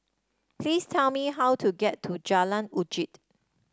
please tell me how to get to Jalan Uji